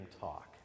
talk